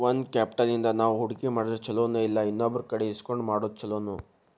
Own capital ಇಂದಾ ನಾವು ಹೂಡ್ಕಿ ಮಾಡಿದ್ರ ಛಲೊನೊಇಲ್ಲಾ ಇನ್ನೊಬ್ರಕಡೆ ಇಸ್ಕೊಂಡ್ ಮಾಡೊದ್ ಛೊಲೊನೊ?